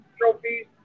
trophies